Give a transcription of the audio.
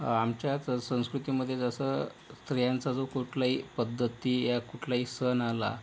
आमच्यात संस्कृतीमध्ये जसं स्त्रियांचा जो कुठलाही पद्धती या कुठलाही सण आला